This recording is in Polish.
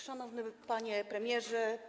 Szanowny Panie Premierze!